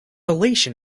elation